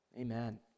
amen